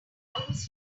was